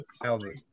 Elvis